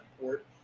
Port